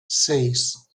seis